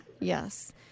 yes